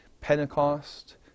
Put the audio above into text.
Pentecost